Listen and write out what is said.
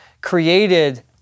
created